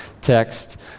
text